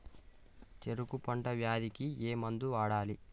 చెరుకు పంట వ్యాధి కి ఏ మందు వాడాలి?